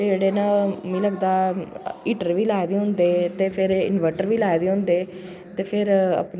इन्नी गर्मियें बिच जिसलै साढ़ी इद्धर इन्नी इलेक्ट्रिसिटी जिसलै साढ़ी इद्धर